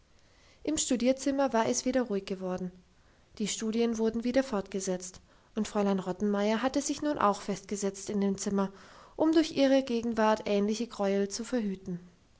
im studierzimmer war es wieder ruhig geworden die studien wurden wieder fortgesetzt und fräulein rottenmeier hatte sich nun auch festgesetzt in dem zimmer um durch ihre gegenwart ähnliche gräuel zu verhüten